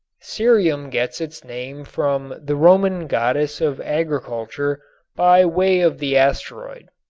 cerium gets its name from the roman goddess of agriculture by way of the asteroid.